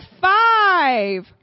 five